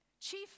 chief